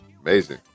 amazing